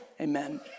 Amen